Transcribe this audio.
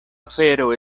afero